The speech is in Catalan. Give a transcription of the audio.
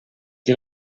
que